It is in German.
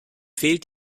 fehlt